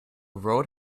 road